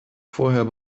vorher